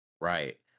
Right